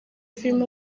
filime